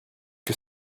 que